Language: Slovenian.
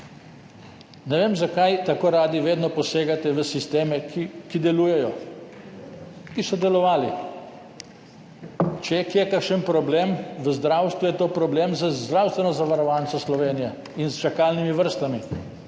Ne vem zakaj tako radi vedno posegate v sisteme, ki delujejo, ki so delovali. Če je kje kakšen problem v zdravstvu, je to problem z Zdravstveno zavarovalnico Slovenije in s čakalnimi vrstami,